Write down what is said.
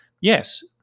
yes